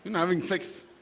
having sex